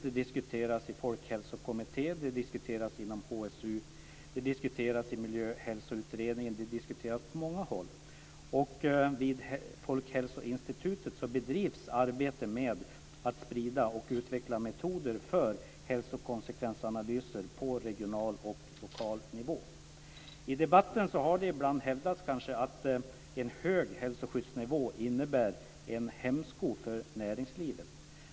Det diskuteras i folkhälsokommittéer, inom HSU, i Miljöhälsoutredningen och på många andra håll. Vid Folkhälsoinstitutet bedrivs arbete med att sprida och utveckla metoder för hälsokonsekvensanalyser på regional och lokal nivå. I debatten har det ibland hävdats att en hög hälsoskyddsnivå innebär en hämsko för näringslivet.